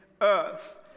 earth